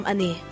Ani